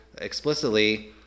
explicitly